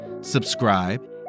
subscribe